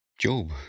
Job